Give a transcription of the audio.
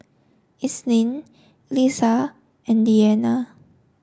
Isnin Lisa and Diyana